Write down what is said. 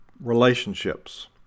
relationships